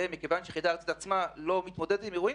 ומכיוון שהיחידה הארצית לא מתמודדת עם אירועים